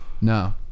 No